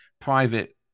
private